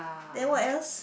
then what else